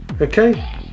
Okay